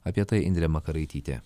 apie tai indrė makaraitytė